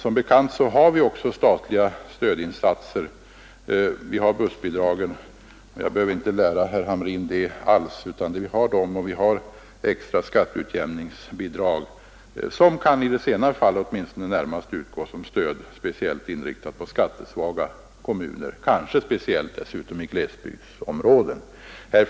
Som bekant finns det också redan statliga stödinsatser, t.ex. i form av bussbidragen. Jag tror inte det är någonting jag behöver tala om för herr Hamrin. Vi har också extra skatteutjämningsbidrag som i detta sammanhang kan utgå som stöd till särskilt skattesvaga kommuner, kanske speciellt i glesbygdsområden.